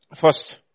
first